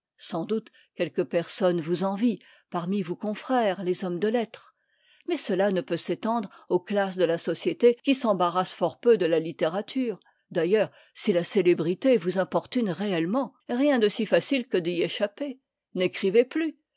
sans doute quelques personnes vous envient parmi vos confrères les hommes de lettres mais cela ne peut s'étendre aux classes de la société qui s'embarrassent fort k peu de la littérature d'ailleurs si la célébrité vous importune réellement rien de si facile que d'y échapper n'écrivez plus